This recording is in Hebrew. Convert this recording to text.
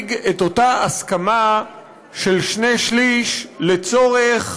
להשיג את אותה הסכמה של שני שלישים לצורך